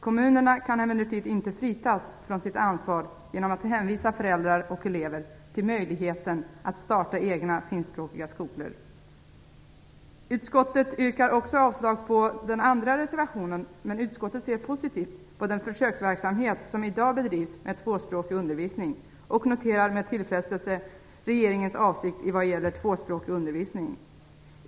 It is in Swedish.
Kommunerna kan emellertid inte fritas från sitt ansvar genom att hänvisa föräldrar och elever till möjligheten att starta egna finskspråkiga skolor. Utskottet avstyrker också den andra reservationen, men utskottet ser positivt på den försöksverksamhet som i dag bedrivs med tvåspråkig undervisning och noterar med tillfredsställelse regeringens avsikt i vad gäller tvåspråkig undervisning.